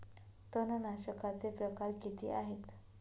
तणनाशकाचे प्रकार किती आहेत?